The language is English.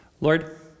Lord